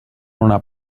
una